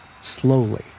slowly